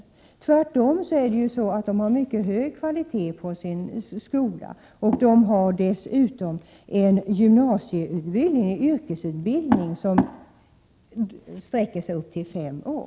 Det är ju tvärtom så att jämförbara länder har en mycket hög kvalitet på sin skola. De har dessutom en gymnasial yrkesutbildning som omfattar upp till fem år.